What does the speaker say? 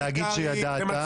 להגיד שידעת,